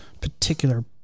particular